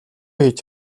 хийж